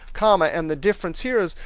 comma and the difference here is,